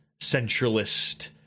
centralist